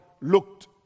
looked